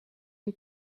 een